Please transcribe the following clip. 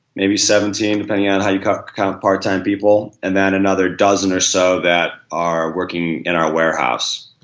maybe seventeen depending on how you count part-time people and then another dozen or so that are working in our warehouse,